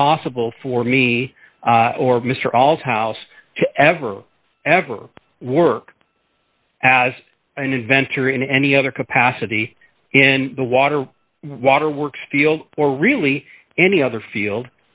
impossible for me or mr all's house to ever ever work as an inventor in any other capacity in the water waterworks field or really any other field